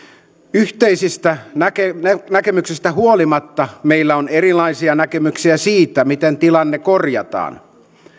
yhteisestä näkemyksestä huolimatta meillä on erilaisia näkemyksiä siitä miten tilanne korjataan